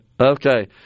Okay